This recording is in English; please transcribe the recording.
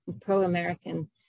pro-American